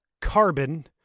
Carbon